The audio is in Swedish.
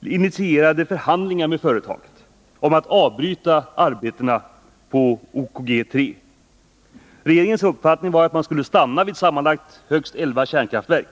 initierade förhandlingar med företaget om att det skulle avbryta arbetena på OKG 3. Regeringens uppfattning var, att man skulle stanna vid högst elva kärnkraftverk.